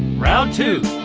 round two.